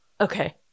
okay